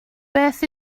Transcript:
beth